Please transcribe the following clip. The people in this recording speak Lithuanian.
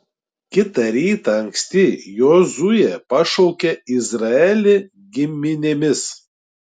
kitą rytą anksti jozuė pašaukė izraelį giminėmis